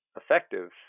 effective